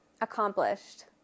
accomplished